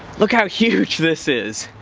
look how huge this is!